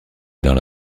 dans